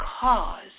Cause